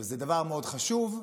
זה דבר מאוד חשוב,